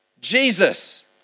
Jesus